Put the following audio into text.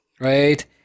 Right